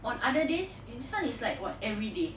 one other days in this [one] is like what everyday